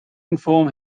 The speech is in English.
inform